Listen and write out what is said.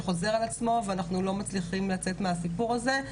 שחוזר על עצמו ואנחנו לא מצליחים לצאת מהסיפור הזה,